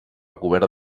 cobert